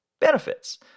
benefits